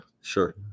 sure